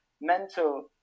mental